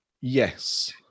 Yes